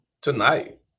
tonight